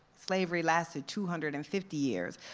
slavery lasted two hundred and fifty years.